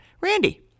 Randy